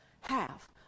half